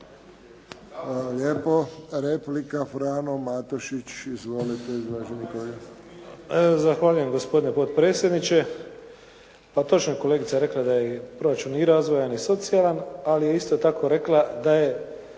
lijepo. Replika Frano Matušić. Izvolite, uvaženi kolega. **Matušić, Frano (HDZ)** Zahvaljujem, gospodine potpredsjedniče. Pa točno je kolegica rekla da je proračun i razvojan i socijalan ali je isto tako rekla da je